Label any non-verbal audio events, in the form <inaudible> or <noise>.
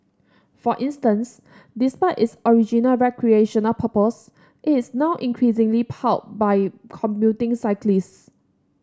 for instance despite its original recreational purpose it is now increasingly <unintelligible> by commuting cyclists